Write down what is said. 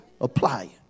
Apply